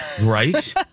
Right